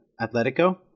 Atletico